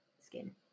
skin